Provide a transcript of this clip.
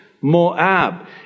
Moab